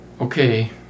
okay